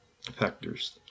factors